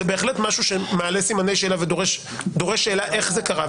זה בהחלט משהו שמעלה סימני שאלה ודורש שאלה איך זה קרה.